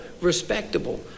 respectable